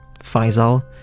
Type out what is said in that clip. Faisal